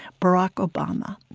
barack obama,